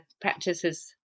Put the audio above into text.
practices